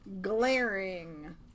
glaring